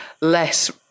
less